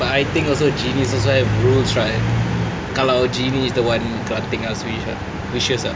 but I think also genie sesuai kalau genie is the one granting your wishes ah